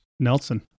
Nelson